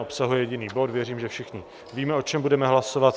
Obsahuje jediný bod, věřím, že všichni víme, o čem budeme hlasovat.